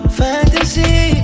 fantasy